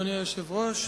אדוני היושב-ראש.